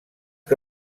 que